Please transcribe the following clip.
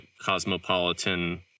cosmopolitan